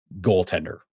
goaltender